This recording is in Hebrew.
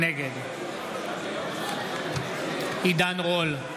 נגד עידן רול,